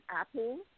apple